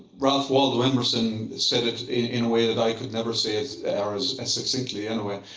ralph waldo emerson said it in a way that i could never say it, or as as succinctly anyway,